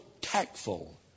tactful